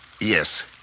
Yes